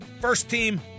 first-team